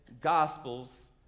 gospels